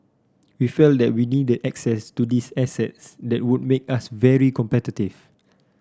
we felt that we needed access to these assets that would make us very competitive